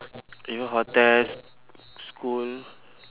even hotels school